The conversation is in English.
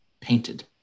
painted